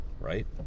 right